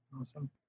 Awesome